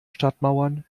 stadtmauern